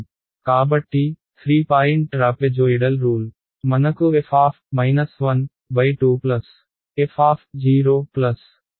కాబట్టి 3 point trapezoidal rule మనకు f2ff2 ను ఇస్తుంది